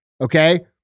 okay